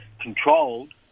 controlled